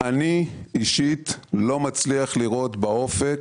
אני אישית לא מצליח לראות באופק,